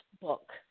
book